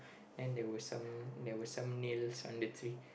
and there were some there were some nails on the tree